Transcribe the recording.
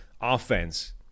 offense